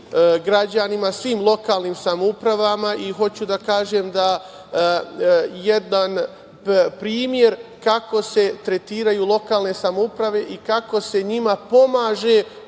građanima, svim lokalnim samoupravama i hoću da kažem jedan primer kako se tretiraju lokalne samouprave i kako se njima pomaže,